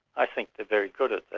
i think they're very good at that.